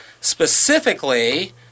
specifically